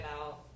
out